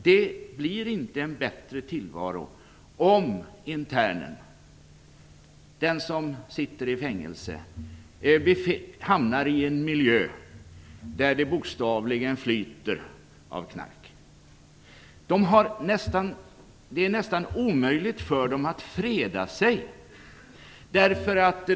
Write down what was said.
Det blir inte en bättre tillvaro om internen, den som sitter i fängelse, hamnar i en miljö där det bokstavligen flyter av knark. Det är nästan omöjligt att freda sig.